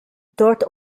dort